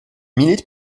milite